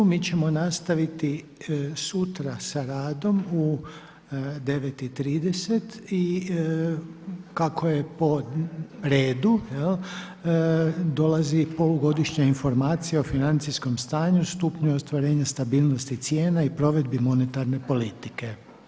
Mi ćemo nastaviti sutra sa radom u 9,30 i kako je po redu jel', dolazi Polugodišnja informacija o financijskom stanju, stupnju ostvarenja stabilnosti cijena i provedbi monetarne politike.